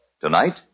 Tonight